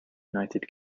united